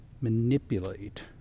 manipulate